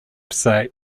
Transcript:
site